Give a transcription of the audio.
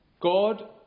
God